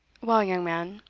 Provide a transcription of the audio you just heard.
well, young man,